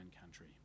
country